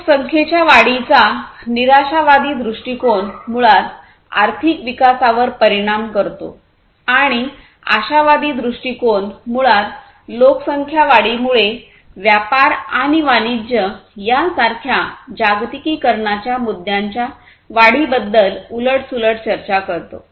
लोकसंख्येच्या वाढीचा निराशावादी दृष्टीकोन मुळात आर्थिक विकासावर परिणाम करतो आणि आशावादी दृष्टिकोन मुळात लोकसंख्या वाढीमुळे व्यापार आणि वानिज्य यासारख्या जागतिकीकरणाच्या मुद्यांच्या वाढीबाबत उलटसुलट चर्चा करतो